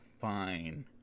fine